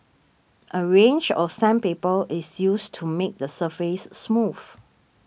a range of sandpaper is used to make the surface smooth